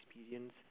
experience